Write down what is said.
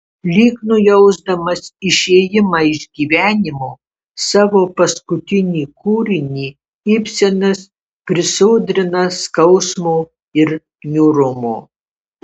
lyg nujausdamas išėjimą iš gyvenimo savo paskutinį kūrinį ibsenas prisodrina skausmo ir niūrumo